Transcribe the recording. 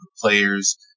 players